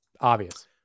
Obvious